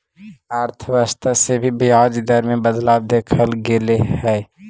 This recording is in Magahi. अर्थव्यवस्था से भी ब्याज दर में बदलाव देखल गेले हइ